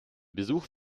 besuch